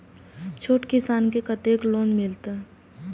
छोट किसान के कतेक लोन मिलते?